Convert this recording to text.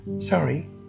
Sorry